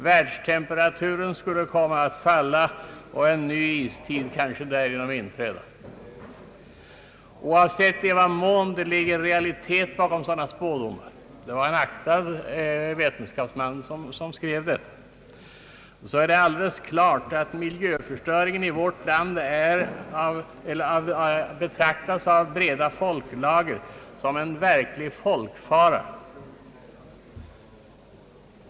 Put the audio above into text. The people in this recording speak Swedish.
Världstemperaturen skulle komma att falla och en ny istid kanske därigenom inträda. Oavsett i vad mån det ligger realitet bakom sådana spådomar — det var en aktad vetenskapsman som skrev detta — är det alldeles klart att miljöförstöringen i vårt land av breda folklager betraktas som en verklig folkfara.